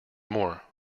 more